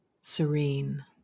serene